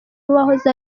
n’uwahoze